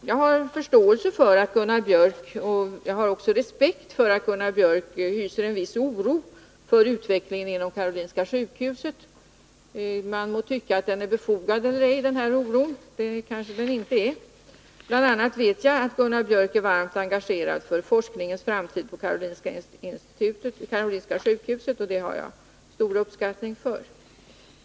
Jag har förståelse, och också respekt för att Gunnar Biörck hyser en viss oro för utvecklingen inom Karolinska sjukhuset; oavsett om den oron är befogad eller ej — det kanske den inte är. Bl. a. vet jag att Gunnar Biörck är varmt engagerad för forskningens framtida ställning vid Karolinska sjukhuset och Karolinska institutet, och det uppskattar jag mycket.